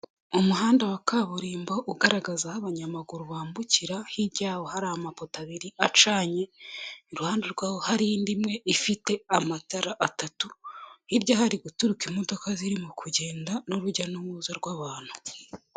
Umuhanda wa kaburimbo ugaragaza aho abanyamaguru bambukira, hirya yaho hari amapoto abiri acanye, iruhande rwaho hari indi imwe ifite amatara atatu, hirya hari guturika imodoka zirimo kugenda n'urujya n'uruza rw'abantu.